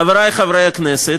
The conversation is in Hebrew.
חברי חברי הכנסת,